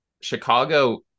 chicago